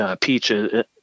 Peaches